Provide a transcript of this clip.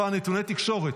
נתקבל.